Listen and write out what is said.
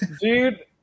Dude